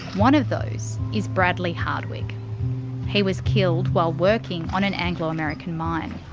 one of those is bradley hardwick he was killed while working on an anglo american mine.